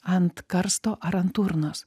ant karsto ar ant urnos